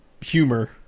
humor